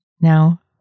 Now